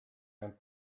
and